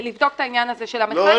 לבדוק את העניין הזה של המכני --- לא,